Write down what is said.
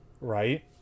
right